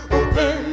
open